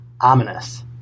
ominous